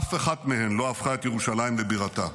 אף אחת מהן לא הפכה את ירושלים לבירתה.